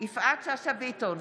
יפעת שאשא ביטון,